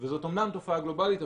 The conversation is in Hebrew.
וזו אמנם תופעה גלובלית,